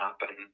happen